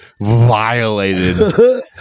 violated